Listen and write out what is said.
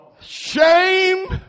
shame